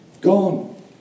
Gone